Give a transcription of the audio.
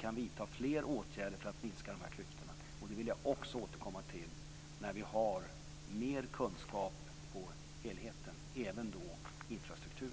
kan vi vidta fler åtgärder för att minska de här klyftorna. Det vill jag också återkomma till när vi har mer kunskap om helheten. Det gäller även infrastrukturen.